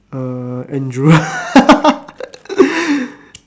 uh Andrew